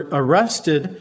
arrested